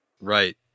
Right